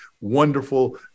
wonderful